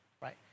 right